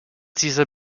dieser